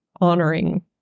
honoring